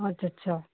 ਅੱਛਾ ਅੱਛਾ